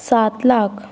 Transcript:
सात लाख